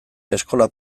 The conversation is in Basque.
eskola